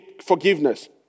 forgiveness